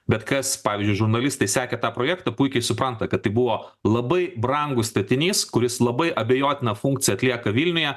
bet kas pavyzdžiui žurnalistai sekę tą projektą puikiai supranta kad tai buvo labai brangus statinys kuris labai abejotiną funkciją atlieka vilniuje